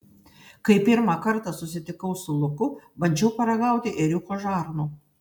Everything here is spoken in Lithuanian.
kai pirmą kartą susitikau su luku bandžiau paragauti ėriuko žarnų